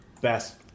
best